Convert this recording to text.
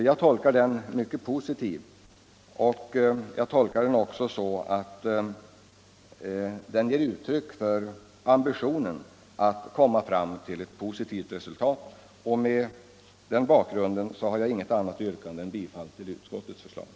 Jag tolkar den mycket positivt, och jag tolkar den också så att den ger uttryck för ambitionen att komma fram till ett positivt resultat. Mot den bakgrunden har jag inget annat yrkande än om bifall till utskottets hemställan.